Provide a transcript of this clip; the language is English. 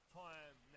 time